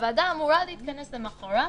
הוועדה אמורה להתכנס למחרת